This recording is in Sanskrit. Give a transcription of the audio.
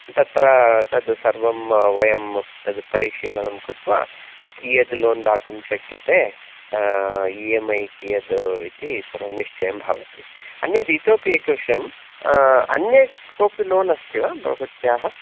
तत्र तद् सर्वं वयं तद् परिशीलनं कृत्वा कियत् लोन् दातुं शक्यते इ एम् ऐ कियत् इति सर्वं निश्चयं भवति अन्यत् इतोऽपि एकविषयम् अन्यत् कोऽपि लोन अस्ति वा भवत्याः